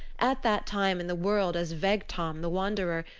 at that time in the world as vegtam the wanderer,